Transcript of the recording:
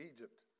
Egypt